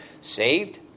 saved